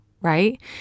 right